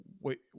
Wait